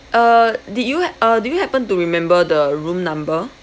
uh did you ha~ uh did you happen to remember the room number